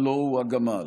הלוא הוא הגמל.